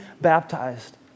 baptized